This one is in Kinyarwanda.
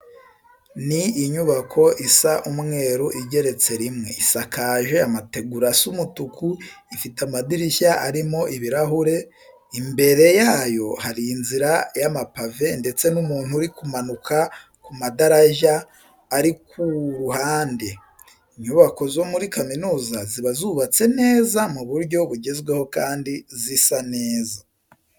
Ni inyubako isa umweru igeretse rimwe, isakaje amategura asa umutuku, ifite amadirishya arimo ibirahure. Imbere yayo hari inzira y'amapave ndetse n'umuntu uri kumanuka ku madarajya ari ku ruhande. Inyubako zo muri kaminuza ziba zubatse neza mu buryo bugezweho kandi zisa neza.